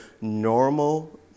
normal